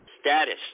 status